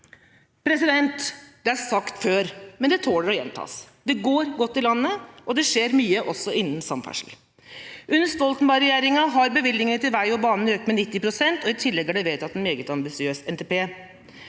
raner. Det er sagt før, men det tåler å gjentas: Det går godt i landet, og det skjer mye også innen samferdsel. Under Stoltenberg-regjeringa har bevilgningene til vei og bane økt med 90 pst., og i tillegg er det vedtatt en meget ambisiøs NTP.